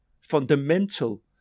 fundamental